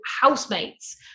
housemates